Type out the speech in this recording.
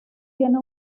tiene